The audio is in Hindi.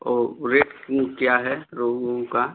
ओ रेट क्या है रोहू ओहू का